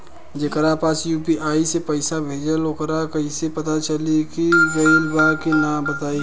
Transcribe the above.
जेकरा पास यू.पी.आई से पईसा भेजब वोकरा कईसे पता चली कि गइल की ना बताई?